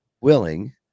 willing